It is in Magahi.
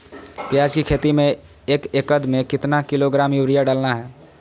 प्याज की खेती में एक एकद में कितना किलोग्राम यूरिया डालना है?